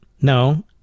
No